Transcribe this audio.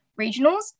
regionals